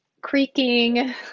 creaking